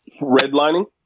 Redlining